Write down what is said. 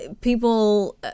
people